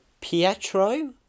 Pietro